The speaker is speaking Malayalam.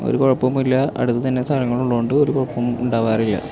ഒരു കുഴപ്പോം ഇല്ല അടുത്ത് തന്നെ സ്ഥലങ്ങളുള്ളത് കൊണ്ട് ഒരു കുഴപ്പോം ഉണ്ടാകാറില്ല